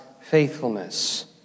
faithfulness